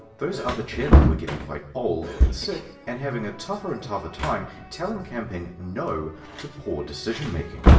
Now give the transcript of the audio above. those other chairmen were getting quite old and sick, and having a tougher and tougher time telling camping no to poor decision making.